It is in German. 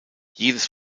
jedes